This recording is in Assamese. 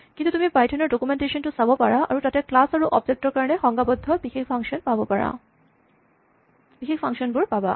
কিন্তু তুমি পাইথন ডকুমেন্টেচন টো চাব পাৰা আৰু তাতে ক্লাচ আৰু অবজেক্ট ৰ কাৰণে সংজ্ঞাবদ্ধ সকলো বিশেষ ফাংচন পাবা